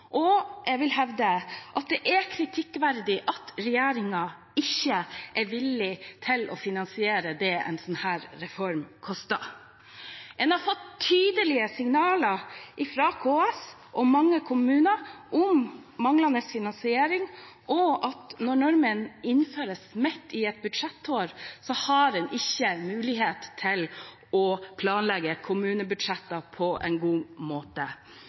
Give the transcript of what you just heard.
Og jeg vil hevde at det er kritikkverdig at regjeringen ikke er villig til å finansiere det en sånn reform koster. En har fått tydelige signaler fra KS og mange kommuner om manglende finansiering, og at når normen innføres midt i et budsjettår, har en ikke mulighet til å planlegge kommunebudsjettene på en god måte.